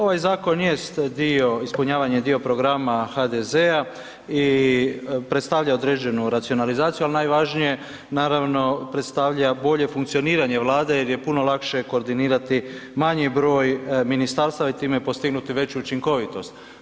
Ovaj zakon jest dio, ispunjavanje dio programa HDZ-a i predstavlja određenu racionalizaciju, ali najvažnije, naravno, predstavlja bolje funkcioniranje Vlade jer je puno lakše koordinirati manji broj ministarstava i time postignuti veću učinkovitost.